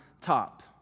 top